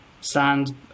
sand